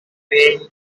playing